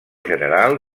general